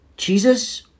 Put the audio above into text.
Jesus